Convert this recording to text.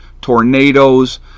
tornadoes